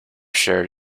shared